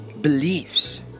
beliefs